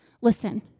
Listen